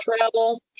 travel